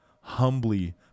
humbly